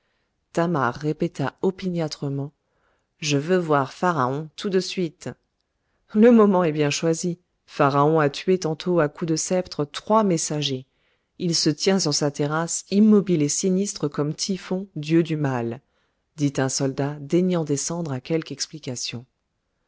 répéta opiniâtrement je veux voir pharaon tout de suite le moment est bien choisi pharaon a tué tantôt à coups de sceptre trois messagers il se tient sur sa terrasse immobile et sinistre comme typhon dieu du mal dit un soldat daignant descendre à quelque explication